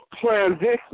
Transition